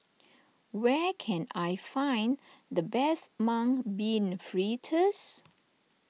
where can I find the best Mung Bean Fritters